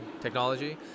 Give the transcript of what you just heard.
technology